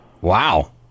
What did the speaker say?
Wow